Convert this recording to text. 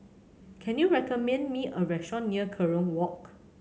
can you recommend me a restaurant near Kerong Walk